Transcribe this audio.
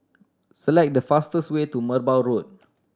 select the fastest way to Merbau Road